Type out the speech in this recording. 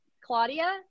Claudia